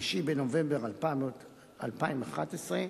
3 בנובמבר 2011,